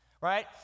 Right